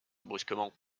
brusquement